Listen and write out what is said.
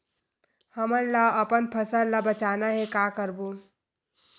हमन ला अपन फसल ला बचाना हे का करबो?